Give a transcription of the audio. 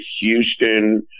Houston